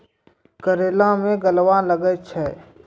करेला मैं गलवा लागे छ?